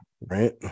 right